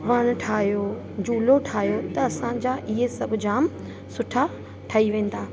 वण ठाहियो झूलो ठाहियो त असांजा इहे सभु जाम सुठा ठही वेंदा